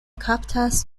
kaptas